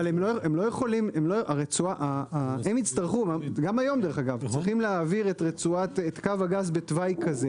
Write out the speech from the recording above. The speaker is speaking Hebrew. גם היום מוכרחים להעביר את קו הגז בתוואי כזה